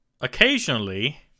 Occasionally